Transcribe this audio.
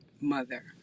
mother